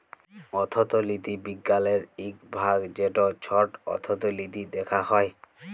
অথ্থলিতি বিজ্ঞালের ইক ভাগ যেট ছট অথ্থলিতি দ্যাখা হ্যয়